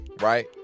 right